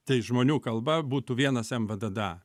tai žmonių kalba būtų vienas em vdda